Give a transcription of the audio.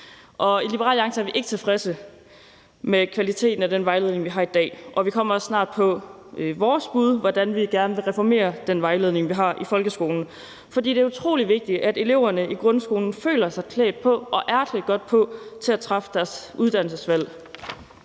I Liberal Alliance er vi ikke tilfredse med kvaliteten af den vejledning, vi har i dag. Vi kommer også snart med vores bud på, hvordan vi gerne vil reformere den vejledning, vi har i folkeskolen. For det er utrolig vigtigt, at eleverne i grundskolen føler sig klædt på og er klædt godt på til at træffe deres uddannelsesvalg.